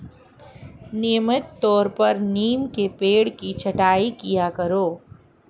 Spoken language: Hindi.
नियमित तौर पर नीम के पेड़ की छटाई किया करो